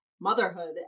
motherhood